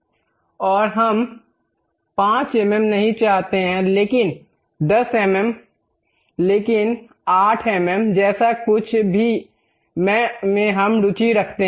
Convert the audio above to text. और हम 5 एमएम नहीं चाहते हैं लेकिन 10 एमएम लेकिन 8 एमएम जैसा कुछ में हम रुचि रखते हैं